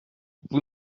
vous